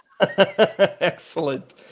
Excellent